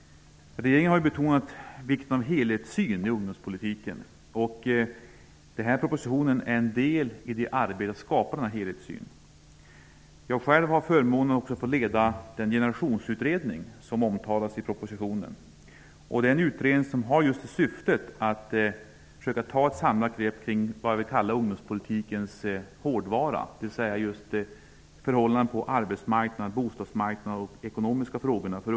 Regeringen har betonat vikten av en helhetssyn i ungdomspolitiken, och propositionen är en del i arbetet på att skapa denna helhetssyn. Jag har själv förmånen att få leda den generationsutredning som omtalas i propositionen. Denna utredning har till syfte att ta ett samlat grepp på ungdomspolitikens hårdvara, dvs. förhållandena på arbetsmarknad och bostadsmarknad och ungdomars ekonomiska frågor.